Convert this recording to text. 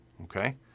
Okay